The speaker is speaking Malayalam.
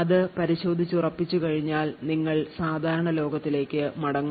അത് പരിശോധിച്ചുറപ്പിച്ചുകഴിഞ്ഞാൽ നിങ്ങൾ സാധാരണ ലോകത്തിലേക്ക് മടങ്ങും